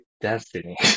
destiny